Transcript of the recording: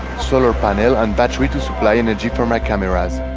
solar panel and battery to supply energy for my camera.